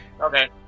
okay